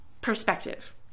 perspective